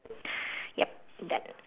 yup that